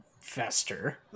Fester